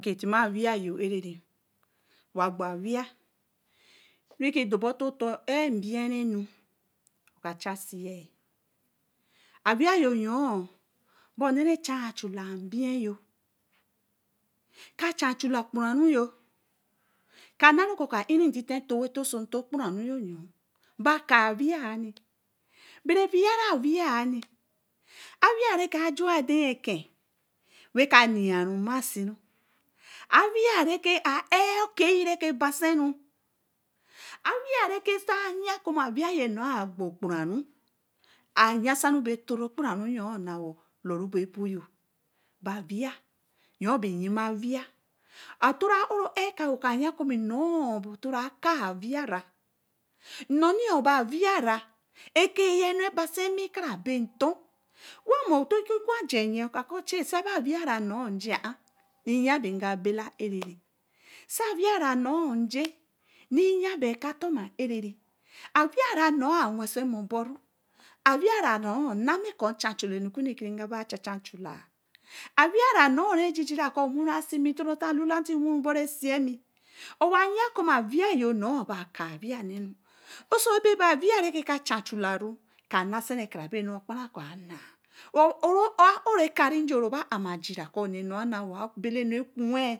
Teēma awee-yor era owa agbo awee reke dobor ntor rēke elabii-renu oka chasii aweeyor bor ne-reke chan chula ugboruū ka-na ko tueto oso ugboruū bere wei awee. Awee reke ajuu adeye reke wa ka yiiru-masi awee reke a ae nkee rebasen awee reke nte aya ɔku awee ugbogbuue a yeesansen be tora gbor nye awee yuu be nyime awee utoru aooru ɛka aya ko nor be aka awee ɛke nu rebasen me krabetor nteka awaajeye naga kɔ sen awee ranu njii, awee awensen mo oboru awee-ra nor nami kɔ̄ ncha chula enne-reke nkaba cha-cha chula awee-na-nu rejijika kɔ nwuru asime nte nworu bom ensime owa yaa kɔ̄ awee-ra-nor be aka-awee so be awee reka chachula ka nabime kra-be enu nasime aoo rekayor ruba-jiraka nnemu abela nor-re kuū